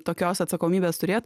tokios atsakomybės turėt